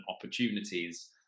opportunities